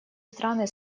страны